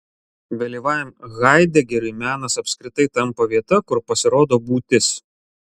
vėlyvajam haidegeriui menas apskritai tampa vieta kur pasirodo būtis